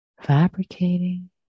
fabricating